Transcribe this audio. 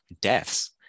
deaths